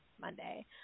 Monday